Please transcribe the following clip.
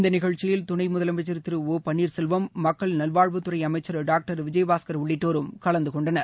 இந்த நிகழ்ச்சியில் துணை முதலமைச்சர் திரு ஓ பன்ளீர்செல்வம் மக்கள் நல்வாழ்வுத்துறை அமைச்சர் டாக்டர் விஜயபாஸ்கர் உள்ளிட்டோரும் கலந்து கொண்டனர்